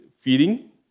feeding